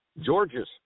George's